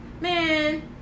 Man